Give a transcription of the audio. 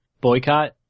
boycott